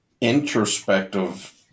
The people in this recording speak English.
introspective